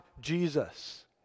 Jesus